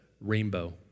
rainbow